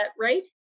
right